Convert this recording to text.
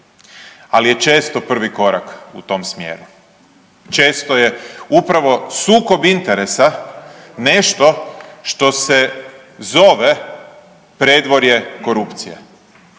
ali je često prvi korak u tom smjeru. Često je upravo sukob interesa nešto što se zove predvorje korupcije.